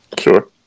Sure